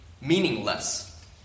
meaningless